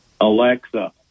Alexa